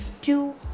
two